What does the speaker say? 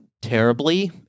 terribly